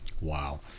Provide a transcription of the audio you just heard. wow